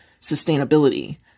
sustainability